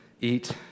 Eat